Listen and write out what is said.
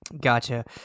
Gotcha